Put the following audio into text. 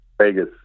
Vegas